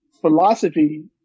philosophy